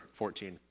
14